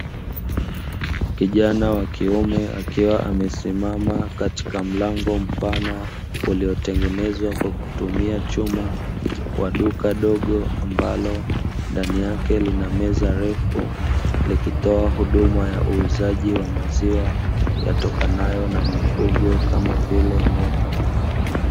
Kijana wa kiume akiwa amesimama katika mlango mpana uliotengenezwa kwa kutumia chuma, wa duka dogo ambalo ndani yake lina meza refu, likitoa huduma ya uuzaji wa maziwa yatokanayo na mifugo kama vile ng'ombe.